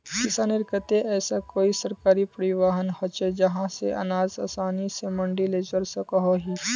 किसानेर केते ऐसा कोई सरकारी परिवहन होचे जहा से अनाज आसानी से मंडी लेजवा सकोहो ही?